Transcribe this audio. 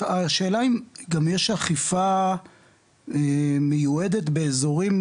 השאלה אם גם יש אכיפה מיועדת באזורים